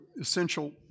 essential